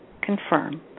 confirm